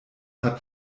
hat